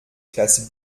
classes